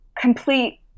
complete